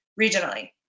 regionally